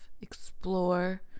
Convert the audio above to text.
Explore